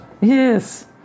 Yes